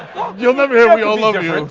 you'll never hear, we all love you and